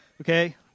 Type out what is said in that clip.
okay